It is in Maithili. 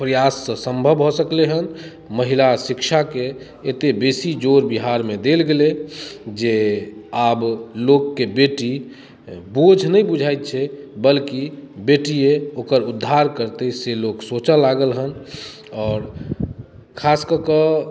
प्रयाससँ सम्भव भऽ सकलै हेँ महिला शिक्षाके एतेक बेसी जोर बिहारमे देल गेलै जे आब लोकके बेटी बोझ नहि बुझाइत छै बल्कि बेटिए ओकर उद्धार करतै से लोक सोचय लागल हेँ आओर खास कऽ कऽ